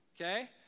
okay